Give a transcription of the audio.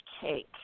cake